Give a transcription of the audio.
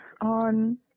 on